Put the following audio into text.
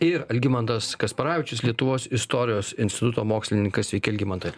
ir algimantas kasparavičius lietuvos istorijos instituto mokslininkas sveiki algimantai